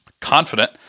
confident